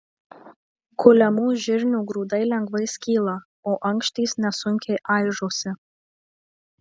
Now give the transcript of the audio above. kuliamų žirnių grūdai lengvai skyla o ankštys nesunkiai aižosi